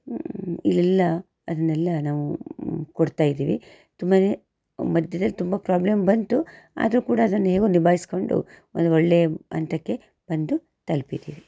ಇಲ್ಲೆಲ್ಲ ಅದನ್ನೆಲ್ಲ ನಾವು ಕೊಡ್ತಾ ಇದ್ದೀವಿ ತುಂಬಾ ಮಧ್ಯದಲ್ಲಿ ತುಂಬ ಪ್ರಾಬ್ಲಮ್ ಬಂತು ಆದರೂ ಕೂಡ ಅದನ್ನು ಹೇಗೋ ನಿಭಾಯ್ಸಿಕೊಂಡು ಒಂದು ಒಳ್ಳೆಯ ಹಂತಕ್ಕೆ ಬಂದು ತಲುಪಿದೀವಿ